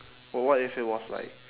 but what if it was like